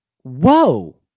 Whoa